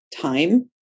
time